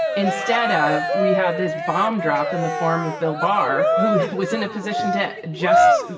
instead of we had this bomb drop in the form of bill barr, who was in a position to just,